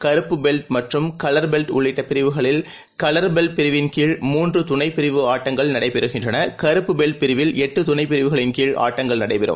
கருப்பு பெல்ட் மற்றும் colour belt உள்ளிட்டபிரிவுகளில் கலர் பேல்ட் பிரிவின் கீழ் மூன்றுதுணைபிரிவு ஆட்டங்கள் நடைபெறுகின்றன கறப்பு பெல்ட் பிரிவில் எட்டுதுணைபிரிவுகளின் கீழ் அட்டங்கள் நடைபெறும்